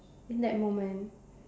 in that moment